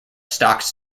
stocked